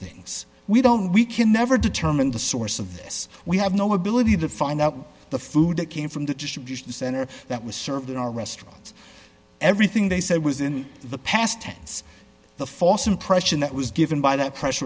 things we don't we can never determine the source of this we have no ability to find out the food that came from the distribution center that was served in our restaurants everything they said was in the past tense the false impression that was given by the press